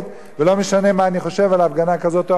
לא משנה מה אני חושב על הפגנה כזו או אחרת,